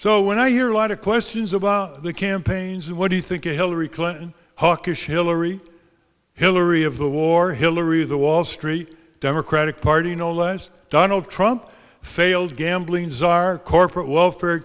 so when i hear a lot of questions about the campaigns what do you think hillary clinton hawkish hillary hillary of the war hillary the wall street democratic party no less donald trump failed gambling czar corporate welfare